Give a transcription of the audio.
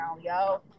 yo